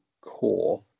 core